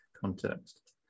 context